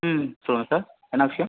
ம் சொல்லுங்கள் சார் என்ன விஷயம்